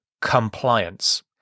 compliance